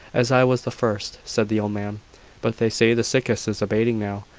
as i was the first, said the old man but they say the sickness is abating now,